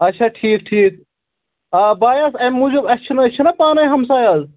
آچھا ٹھیٖک ٹھیٖک آ بہٕ آیوس اَمہِ موٗجوٗب اَسہِ چھِنہٕ أسۍ چھِنَہ پانہٕ ؤنۍ ہَمساے حظ